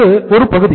இது ஒரு பகுதி